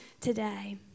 today